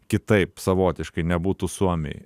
kitaip savotiškai nebūtų suomiai